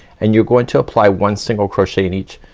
and you're going to apply one single crochet in each.